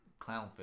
clownfish